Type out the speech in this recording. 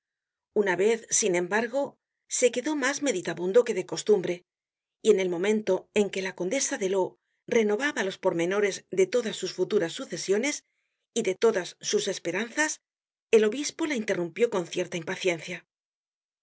una vez sin embargo se quedó mas meditabundo que de costumbre y en el momento en que la condesa de ló renovaba los pormenores de todas sus futuras sucesiones y de todas sus esperanzas el obispo la interrumpió con cierta impaciencia